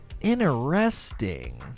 Interesting